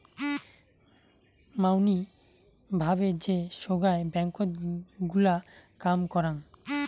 মাঙনি ভাবে যে সোগায় ব্যাঙ্কত গুলা কাম করাং